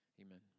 Amen